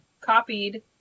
copied